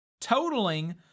totaling